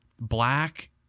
black